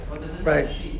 Right